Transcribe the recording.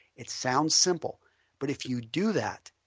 it sounds simple but if you do that,